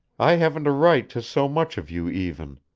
i haven't a right to so much of you even.